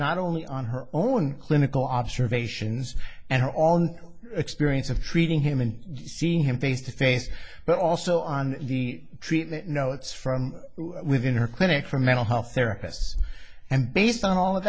not only on her own clinical observations and her on her experience of treating him and seeing him face to face but also on the treatment notes from within her clinic for mental health ericus and based on all of